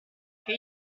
che